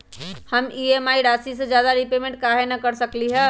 हम ई.एम.आई राशि से ज्यादा रीपेमेंट कहे न कर सकलि ह?